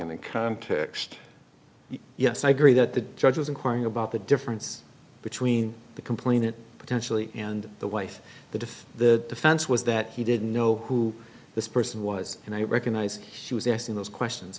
any context yes i agree that the judge was inquiring about the difference between the complainant potentially and the wife the diff the defense was that he didn't know who this person was and i recognize she was asking those questions